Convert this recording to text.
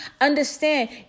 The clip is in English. understand